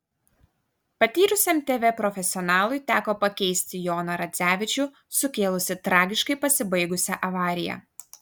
patyrusiam tv profesionalui teko pakeisti joną radzevičių sukėlusį tragiškai pasibaigusią avariją